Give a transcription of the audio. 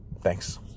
Thanks